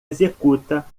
executa